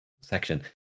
section